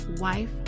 wife